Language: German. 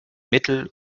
mittel